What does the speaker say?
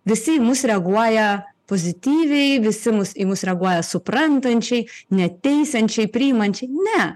visi į mus reaguoja pozityviai visi mus į mus reaguoja suprantančiai neteisiančiai priimančiai ne